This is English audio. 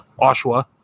Oshawa